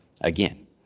again